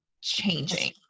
changing